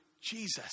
Jesus